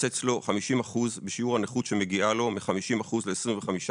קיצץ לו 50% בשיעור הנכות שמגיעה לו, מ-50% ל-25%,